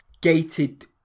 gated